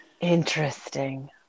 Interesting